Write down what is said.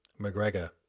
McGregor